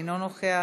אינו נוכח,